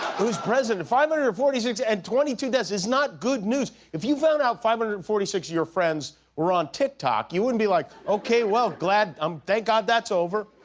who's president. five hundred and forty six and twenty two deaths is not good news. if you found out five hundred and forty six of your friends were on tik tok you wouldn't be like, okay, well, glad um thank god that's over.